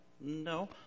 no